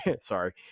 sorry